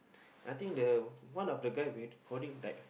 I think the one of the guy that holding like